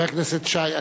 חבר הכנסת שי,